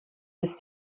his